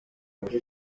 mezi